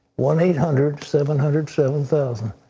one eight hundred seven hundred seven thousand.